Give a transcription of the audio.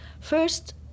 First